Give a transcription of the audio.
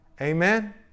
Amen